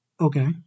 Okay